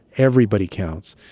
everybody counts.